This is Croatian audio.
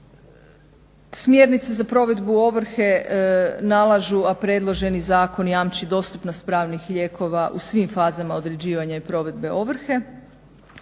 Smjernice za provedbu ovrhe nalažu, a predloženi zakon jamči dostupnost pravnih lijekova u svim fazama određivanja i provedbe ovrhe.